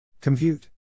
compute